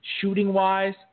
shooting-wise